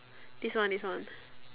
this one this one